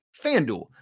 Fanduel